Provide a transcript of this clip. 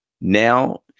now